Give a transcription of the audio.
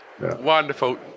Wonderful